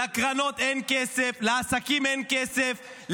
לקרנות אין כסף, לעסקים אין כסף.